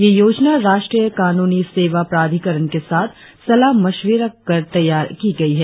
यह योजना राष्ट्रीय कानूनी सेवा प्राधिकरण के साथ सलाह मशविरा कर तैयार की गयी है